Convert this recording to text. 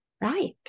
right